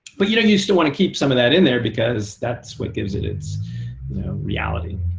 but you know you still want to keep some of that in there, because that's what gives it its reality.